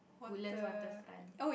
Woodland Water Front